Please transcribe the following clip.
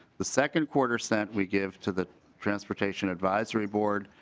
the second quarter sent we give to the transportation advisory board.